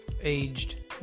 aged